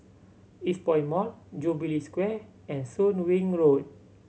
Eastpoint Mall Jubilee Square and Soon Wing Road